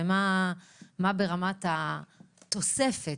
ומה ברמת התוספת,